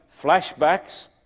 flashbacks